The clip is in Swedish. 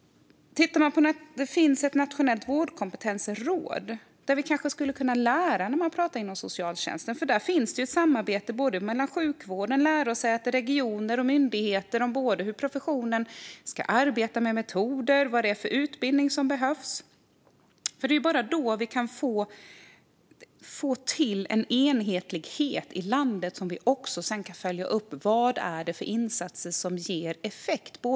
Det finns ett nationellt vårdkompetensråd, och där finns det kanske saker att lära när det gäller socialtjänsten. Det finns ju ett samarbete mellan sjukvård, lärosäten, regioner och myndigheter om hur professionen ska arbeta med metoder och vilken utbildning som behövs. Det är ju först då man kan få till en enhetlighet i landet som sedan går att följa upp för att se vilka insatser som ger effekt.